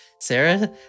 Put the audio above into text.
Sarah